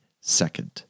second